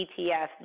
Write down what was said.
etfs